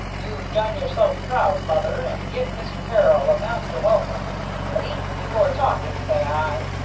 you've done yourself proud, mother, and give mr. peril a master-welcome but eating before talking, say i,